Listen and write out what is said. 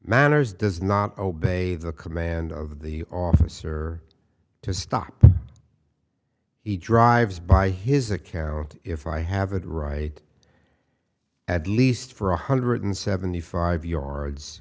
manors does not obey the command of the officer to stop he drives by his account if i have it right at least for one hundred and seventy five yards